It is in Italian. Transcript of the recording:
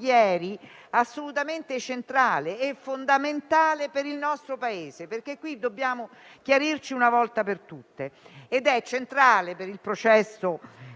ieri, assolutamente centrale e fondamentale per il nostro Paese. Dobbiamo chiarirci una volta per tutte. Si tratta di un tema centrale per il processo di